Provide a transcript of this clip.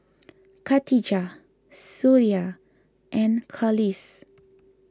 Khatijah Suria and Khalish